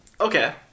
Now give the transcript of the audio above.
Okay